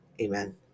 Amen